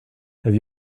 have